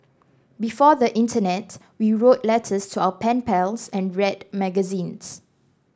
before the internet we wrote letters to our pen pals and read magazines